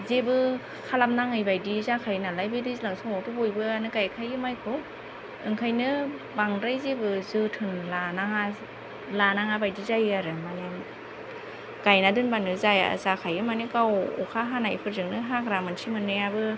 जेबो खालामनाङै बायदि जाखायो नालाय बे दैज्लां समावथ बयबो गायखायोआनो मायखौ ओंखायनो बांद्राय जेबो जोथोन लानाङा बायदि जायो आरो माने गायना दोनब्लानो जाखायो माने गाव एखा हानायफोरजोंनो हाग्रा मोनसे मोननैयाबो